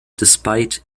despite